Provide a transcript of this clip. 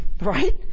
Right